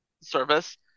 service